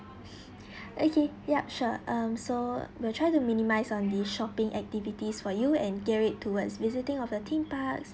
okay yup sure um so we'll try to minimise on the shopping activities for you and get it towards visiting of the theme park